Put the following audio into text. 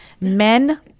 men